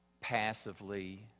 passively